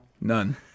None